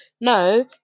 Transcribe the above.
No